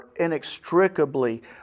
inextricably